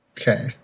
Okay